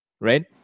right